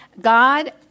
God